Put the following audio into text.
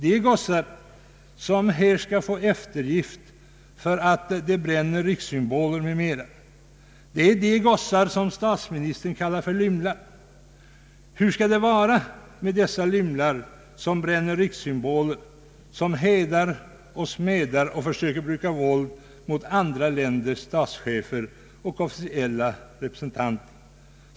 De gossar som skall få eftergift när de bränner rikssymboler m.m. är samma gossar som statsministern kallar för ”lymlar”. Hur skall det bli med dessa gossar som bränner rikssymboler, som hädar, smädar och försöker bruka våld mot andra länders statschefer och officiella representanter?